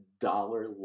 dollar